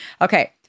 Okay